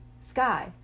Sky